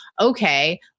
okay